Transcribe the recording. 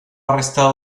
arrestado